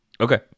Okay